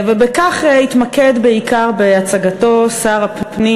בכך התמקד בעיקר בהצגתו שר הפנים,